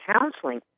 counseling